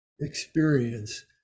experience